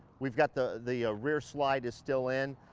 we've got the the ah rear slide is still in.